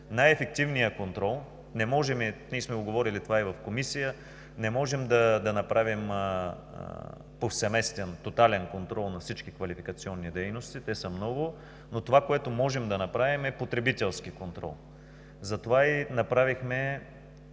Най-ефективният контрол – ние сме говорили това и в Комисията, не можем да направим повсеместен, тотален контрол на всички квалификационни дейности, те са много. Това, което можем да направим обаче, е потребителски контрол. Затова – може